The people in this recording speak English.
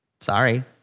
Sorry